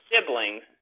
siblings